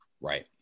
Right